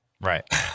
Right